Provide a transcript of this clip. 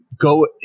go